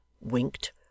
winked